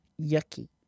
yucky